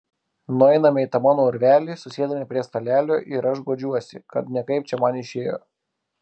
nueiname į tą mano urvelį susėdame prie stalelio ir aš guodžiuosi kad ne kaip čia man išėjo